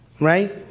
right